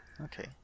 Okay